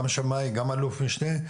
גם אלוף משנה,